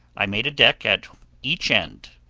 i made a deck at each end,